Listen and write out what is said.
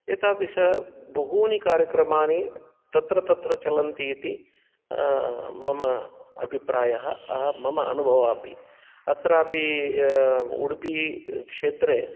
एतादृश बहूनि कार्यक्रमानि तत्र तत्र चलन्ति इति मम अभिप्रायः मम अनुभवः अपि अत्रापि उडुपिक्षेत्रे